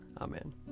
Amen